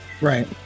Right